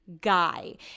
guy